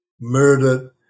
murdered